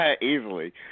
Easily